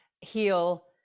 heal